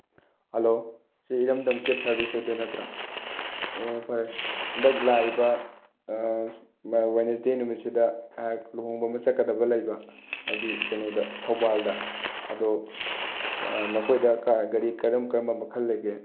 hello ꯁꯤ ꯏꯔꯝꯗꯝ cab service ꯑꯣꯏꯗꯣꯏ ꯅꯠꯇ꯭ꯔꯥ ꯑꯣ ꯐꯔꯦ ꯍꯟꯗꯛ ꯂꯥꯛꯏꯕ ꯋꯥꯏꯅꯁꯗꯦ ꯅꯨꯃꯤꯠꯁꯤꯗ ꯑꯩꯍꯥꯛ ꯂꯨꯍꯣꯡꯕ ꯑꯃ ꯆꯠꯀꯗꯕ ꯂꯩꯕ ꯍꯥꯏꯗꯤ ꯀꯩꯅꯣꯗ ꯊꯧꯕꯥꯜꯗ ꯑꯗꯣ ꯅꯈꯣꯏꯗ ꯒꯥꯔꯤ ꯀꯔꯝ ꯀꯔꯝꯕ ꯃꯈꯜ ꯂꯩꯒꯦ